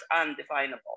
undefinable